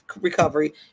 Recovery